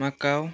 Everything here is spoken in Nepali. मकाऊ